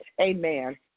Amen